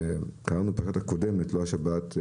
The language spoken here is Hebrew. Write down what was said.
קראנו בשבת הקודמת, לא השבת,